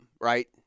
right